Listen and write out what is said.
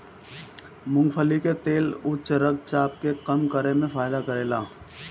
मूंगफली के तेल उच्च रक्त चाप के कम करे में फायदा करेला